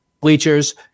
bleachers